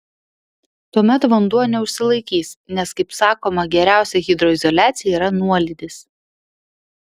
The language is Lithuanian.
tuomet vanduo neužsilaikys nes kaip sakoma geriausia hidroizoliacija yra nuolydis